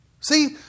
See